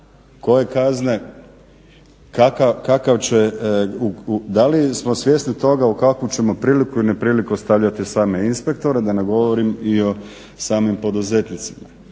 koje kazne, kakav će, da li smo svjesni toga u kakvu ćemo priliku ili nepriliku stavljati same inspektore, da ne govorim i o samim poduzetnicima.